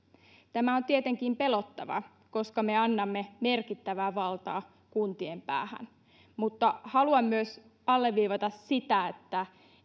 tämä on tietenkin pelottavaa koska me annamme merkittävää valtaa kuntien päähän mutta haluan myös alleviivata sitä että